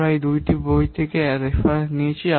আমরা এই দুটি বই থেকে রেফারেন্স নিয়েছি